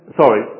sorry